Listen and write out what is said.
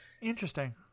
Interesting